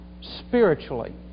spiritually